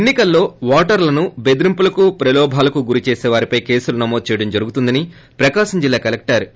ఎన్ని కల్లో ఓటర్లను బెదిరింపులకు ప్రలోభాలకు గురిచేసే వారి పై కేసులు నమోదు చేయడం జరుగుతుందని ప్రకాశం జిల్లా కలెక్షర్ వి